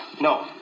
No